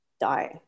die